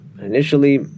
Initially